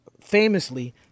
famously